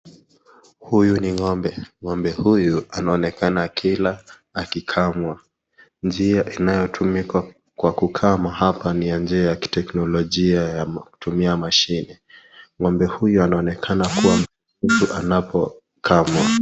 Huyu ni ng'ombe, ng'ombe huyu anaonekana akila akikamwa, njia inayotumika hapa kukama ni njia ya kiteknologia ya kutumia mashine, ng'ombe huyu anaonekana kuwa mtulivu anapokamwa.